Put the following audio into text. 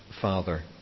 Father